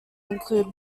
include